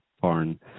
foreign